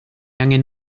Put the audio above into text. angen